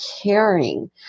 caring